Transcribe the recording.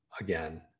again